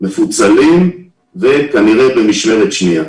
מפוצלים וכנראה במשמרת שניה.